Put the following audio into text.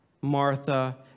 Martha